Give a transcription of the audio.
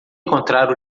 encontrar